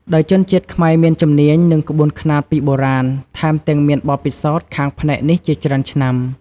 ដោយជនជាតិខ្មែរមានជំនាញ និងក្បួនខ្នាតពីបុរាណ ថែមទាំងមានបទពិសោធន៍ខាងផ្នែកនេះជាច្រើនឆ្នាំ។